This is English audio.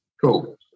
Cool